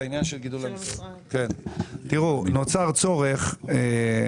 בסעיף קטן (א) בפסקה (1),